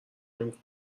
نمی